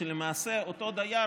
שלמעשה אותו דייר,